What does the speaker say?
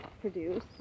produce